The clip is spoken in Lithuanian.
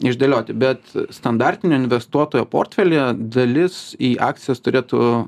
išdėlioti bet standartinio investuotojo portfelyje dalis į akcijas turėtų